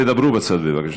תדברו בצד בבקשה.